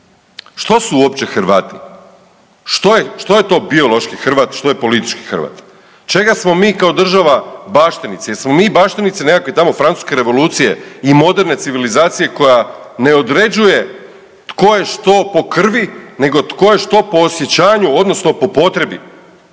što su uopće Hrvati, što je, što je to biološki Hrvat, što je politički Hrvat, čega smo mi kao država baštinici? Jesmo mi baštinici nekakve tamo francuske revolucije i moderne civilizacije koja ne određuje tko je što po krvi, nego tko je što po osjećanju odnosno po potrebi?